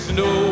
no